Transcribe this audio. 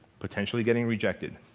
potentially getting rejected.